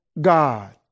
God